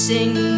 Sing